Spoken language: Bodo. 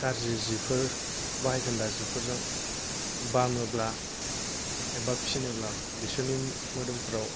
गाज्रि जिफोर बाहायखोन्दा जिफोरजों बामोब्ला एबा फिनोब्ला बिसोरनि मोदोमफोराव